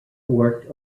worked